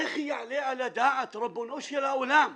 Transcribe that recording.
איך יעלה על הדעת, ריבונו של עולם,